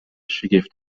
شگفت